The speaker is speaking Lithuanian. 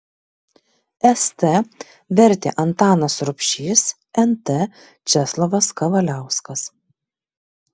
st vertė antanas rubšys nt česlovas kavaliauskas